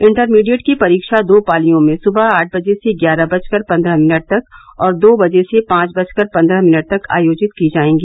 intermediate की परीक्षा दो पालियों में सुबह आठ बजे से ग्यारह बजकर पन्द्रह मिनट तक और दो बजे से पांच बजकर पंद्रह मिनट तक आयोजित की जाएगी